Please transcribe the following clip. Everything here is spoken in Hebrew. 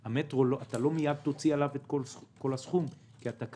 אתה לא מיד תוציא את כל הסכום על המטרו כי